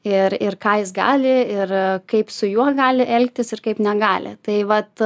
ir ir ką jis gali ir kaip su juo gali elgtis ir kaip negali tai vat